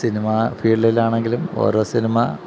cinema ഫീൽഡിലാണെങ്കിലും ഓരോ cinema